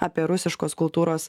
apie rusiškos kultūros